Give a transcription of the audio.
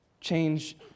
change